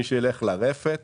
מי שהולך לרפת